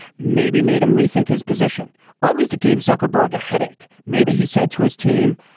maybe made him rethink his position or at least it gave zuckerberg a headache. maybe he said to his team.